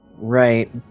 Right